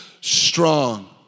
strong